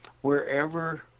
wherever